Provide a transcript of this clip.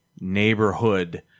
neighborhood